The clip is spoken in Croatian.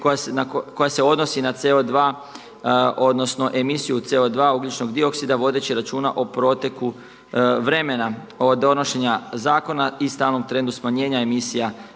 koja se odnosi na CO2, odnosno emisiju CO2, ugljičnog dioksida vodeći računa o proteku vremena od donošenja zakona i stalnom trendu smanjenja emisija